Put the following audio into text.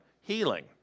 Healing